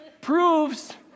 proves